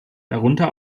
darunter